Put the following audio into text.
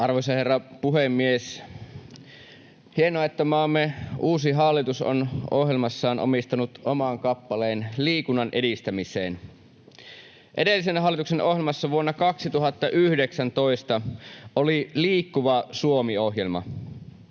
Arvoisa herra puhemies! On hienoa, että maamme uusi hallitus on ohjelmassaan omistanut oman kappaleen liikunnan edistämiselle. Edellisen hallituksen ohjelmassa vuonna 2019 oli Liikkuva Suomi ‑ohjelma.